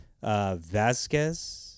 Vasquez